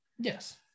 Yes